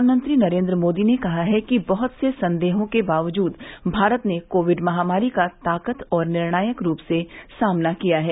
प्रधानमंत्री नरेंद्र मोदी ने कहा कि बहत से संदेहों के बावजूद भारत ने कोविड महामारी का ताकत और निर्णायक रूप के साथ सामना किया है